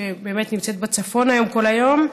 שבאמת נמצאת בצפון היום כל היום.